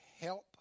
help